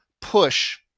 push